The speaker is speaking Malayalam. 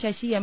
ശശി എം